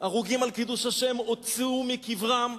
הרוגים על קידוש השם, הוציאו מקברם,